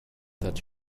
that